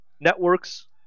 networks